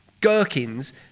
Gherkins